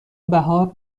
بهار